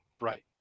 Right